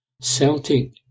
Celtic